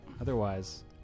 otherwise